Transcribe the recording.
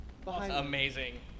Amazing